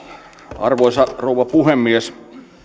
arvoisa rouva puhemies